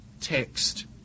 text